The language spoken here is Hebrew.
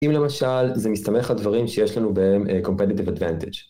אם למשל זה מסתמך הדברים שיש לנו בהם Competitive Advantage